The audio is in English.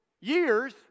years